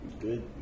good